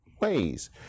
ways